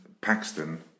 Paxton